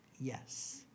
Yes